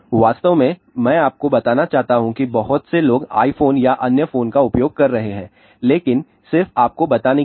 वास्तव में मैं आपको बताना चाहता हूं कि बहुत से लोग iPhone या अन्य फोन का उपयोग कर रहे हैं लेकिन सिर्फ आपको बताने के लिए